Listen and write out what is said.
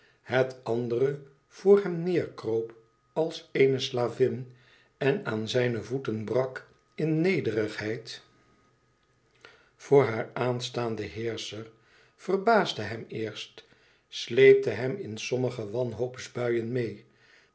het andere voor hem neêrkroop als eene slavin en aan zijne voeten brak in nederigheid voor haar aanstaanden heerscher verbaasde hem eerst sleepte hem in sommige wanhoopsbuien meê